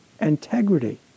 integrity